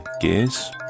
Gears